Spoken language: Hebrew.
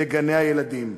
לגני-הילדים.